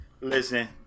Listen